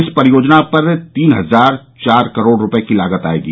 इस परियोजना पर तीन हजार चार करोड़ रुपये की लागत आयेगी